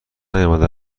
نیامده